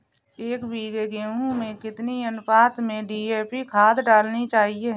एक बीघे गेहूँ में कितनी अनुपात में डी.ए.पी खाद डालनी चाहिए?